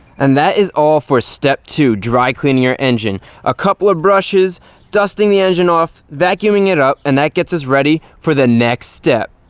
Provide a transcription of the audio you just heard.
and that is all for step two dry cleaning your engine a couple of brushes dusting the engine off vacuuming it up and that gets us ready for the next step